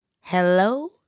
hello